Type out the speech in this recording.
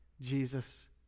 Jesus